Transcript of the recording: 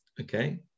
Okay